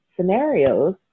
scenarios